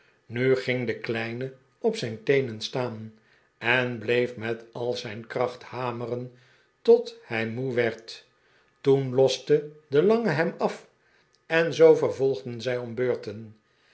nu ging de kleine op zijn teenen staan en bleef met al zijn kracht hameren tot hij moe werd toen loste de lange hem af en zoo vervolgden zij om beurten